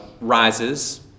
rises